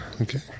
Okay